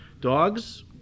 Dogs